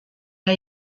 der